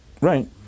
Right